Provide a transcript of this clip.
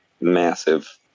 massive